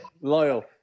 Loyal